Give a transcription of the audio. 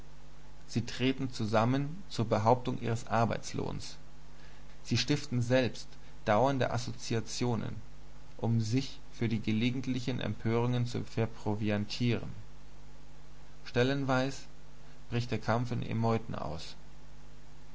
sie treten zusammen zur behauptung ihres arbeitslohns sie stiften selbst dauernde assoziationen um sich für die gelegentlichen empörungen zu verproviantieren stellenweis bricht der kampf in emeuten aus